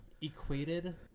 equated